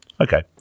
Okay